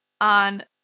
on